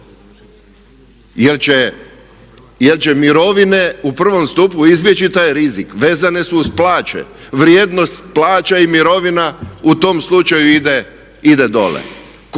Jel će mirovine u prvom stupu izbjeći taj rizik? Vezane su uz plaće, vrijednost plaća i mirovina u tom slučaju ide dole.